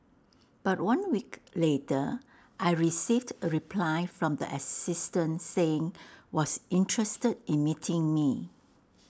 but one week later I received A reply from the assistant saying was interested in meeting me